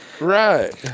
Right